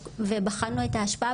בחנו את ההשפעה